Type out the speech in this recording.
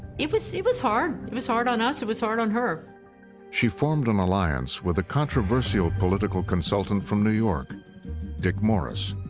it was it was hard. it was hard on us, it was hard on her. narrator she formed an alliance with a controversial political consultant from new york dick morris.